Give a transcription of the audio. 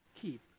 keep